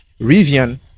Rivian